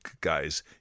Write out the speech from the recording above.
guys